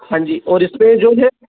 हाँ जी और इसमें जो है